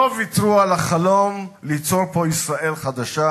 לא ויתרו על החלום ליצור פה ישראל חדשה.